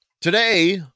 Today